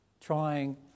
trying